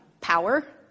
power